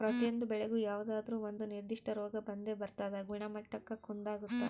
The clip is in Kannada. ಪ್ರತಿಯೊಂದು ಬೆಳೆಗೂ ಯಾವುದಾದ್ರೂ ಒಂದು ನಿರ್ಧಿಷ್ಟ ರೋಗ ಬಂದೇ ಬರ್ತದ ಗುಣಮಟ್ಟಕ್ಕ ಕುಂದಾಗುತ್ತ